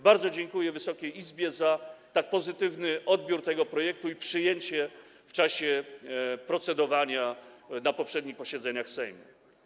Bardzo dziękuję Wysokiej Izbie za tak pozytywny odbiór tego projektu i przyjęcie go w czasie procedowania na poprzednich posiedzeniach Sejmu.